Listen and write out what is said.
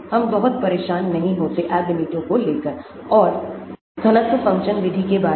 हम बहुत परेशान नहीं होते Ab initio को लेकर और घनत्व फंक्शन विधि के बारे में